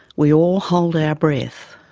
we all hold our breath.